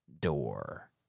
door